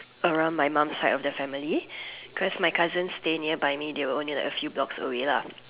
around my mom side of the family cause my cousin stay nearby me they were only like a few blocks away lah